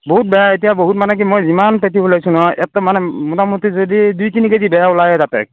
বহুত বেয়া এতিয়া বহুত মানে কি মই যিমান খেতি ওলাইছোঁ নহয় এটা মানে মোটামুটি যদি দুই তিনি কেজি বেয়া ওলায় তাতে